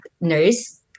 nurse